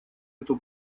эту